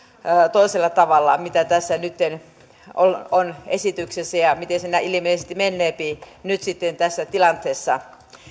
toisella tavalla kuin mitä tässä nytten on on esityksessä ja miten se ilmeisesti menee nyt sitten tässä tilanteessa